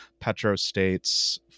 petrostates